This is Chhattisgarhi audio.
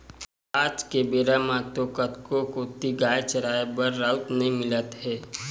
आज के बेरा म कतको गाँव कोती तोउगाय चराए बर राउत नइ मिलत हे